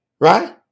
right